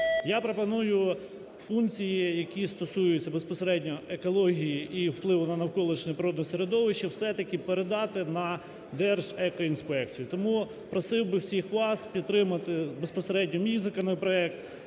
Я пропоную функції, які стосуються безпосередньо екології і впливу на навколишнє природнє середовище, все-таки передати на Держекоінспецію. Тому просив би всіх вас підтримати безпосередньо мій законопроект.